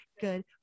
good